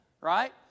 Right